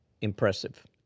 Impressive